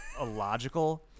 illogical